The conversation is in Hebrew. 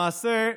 למעשה,